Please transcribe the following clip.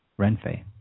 Renfe